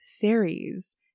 fairies